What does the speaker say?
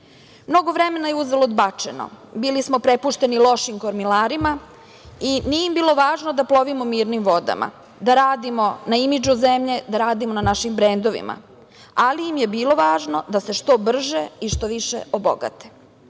vremena je uzalud bačeno. Bili smo prepušteni lošim kormilarima i nije im bilo važno da plovimo mirnim vodama, da radimo na imidžu zemlje, da radimo na našim brendovima, ali im je bilo važno da se što brže i što više obogate,